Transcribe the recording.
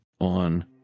on